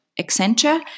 Accenture